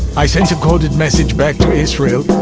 i sent a coded message back to israel,